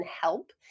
help